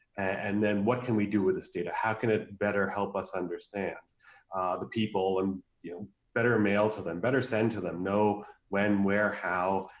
and then what can we do with this data? how can it better help us understand people and you know better mail to them better send to them know when, where, how,